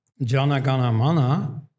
Janaganamana